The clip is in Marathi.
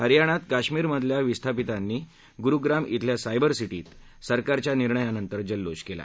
हरयाणात काश्मीर मधल्या विस्थापितांनी गुरुग्राम इथल्या सायबर सिटी इथं सरकारच्या निर्णानंतर जल्लोष केला